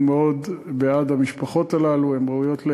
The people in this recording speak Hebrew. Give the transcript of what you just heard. אנחנו מאוד בעד המשפחות הללו, הן ראויות לעזרה,